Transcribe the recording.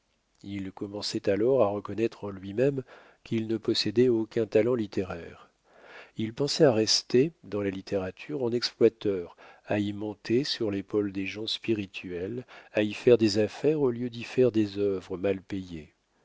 il commençait alors à reconnaître en lui-même qu'il ne possédait aucun talent littéraire il pensait à rester dans la littérature en exploiteur à y monter sur l'épaule des gens spirituels à y faire des affaires au lieu d'y faire des œuvres mal payées